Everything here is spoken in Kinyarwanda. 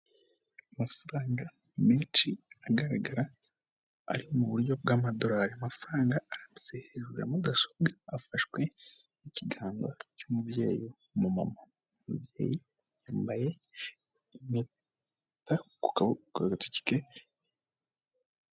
Amafaranga menshi agaragara ari muburyo bw'amadolari amafaranga arambitse hejuru ya mudasobwa afashwe n'ikiganza cy'umubyeyi w'umumama umubyeyi yambaye impeta ku kabuko ku gatoki ke.